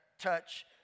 touch